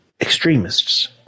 extremists